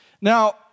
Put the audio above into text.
Now